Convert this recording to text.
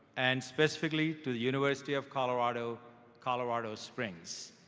and specifically to the university of colorado colorado springs,